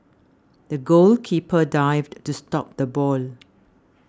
the goalkeeper dived to stop the ball